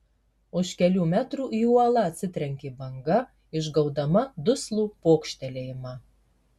už kelių metrų į uolą atsitrenkė banga išgaudama duslų pokštelėjimą